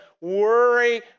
worry